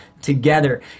together